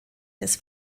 des